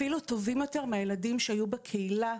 אפילו טובים יותר מהילדים שהיו בקהילה,